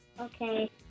Okay